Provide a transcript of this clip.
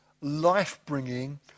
life-bringing